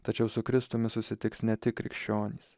tačiau su kristumi susitiks ne tik krikščionys